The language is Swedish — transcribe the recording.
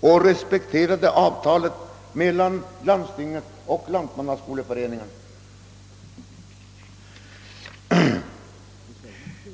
och respekterade avtalet mellan landstinget och Lantmannaskoleföreningen?